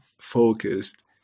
focused